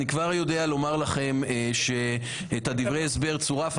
אני כבר יודע לומר לכם שצורפו דברי הסבר,